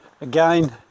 Again